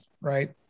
Right